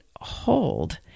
hold